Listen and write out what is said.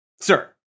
Sir